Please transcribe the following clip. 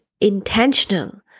intentional